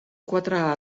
quatre